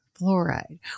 fluoride